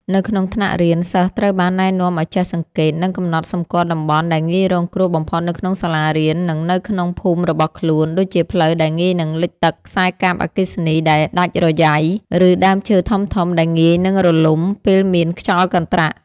នៅក្នុងថ្នាក់រៀន សិស្សត្រូវបានណែនាំឱ្យចេះសង្កេត និងកំណត់សម្គាល់តំបន់ដែលងាយរងគ្រោះបំផុតនៅក្នុងសាលារៀន និងនៅក្នុងភូមិរបស់ខ្លួន ដូចជាផ្លូវដែលងាយនឹងលិចទឹក ខ្សែកាបអគ្គិសនីដែលដាច់រយ៉ៃ ឬដើមឈើធំៗដែលងាយនឹងរលំពេលមានខ្យល់កន្ត្រាក់។